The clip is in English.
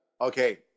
okay